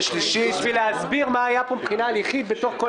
כדי להסביר מה היה כאן מבחינה הליכית בתוך כל